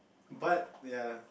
but ya